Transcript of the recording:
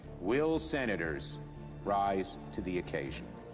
will senators rise to the occasion?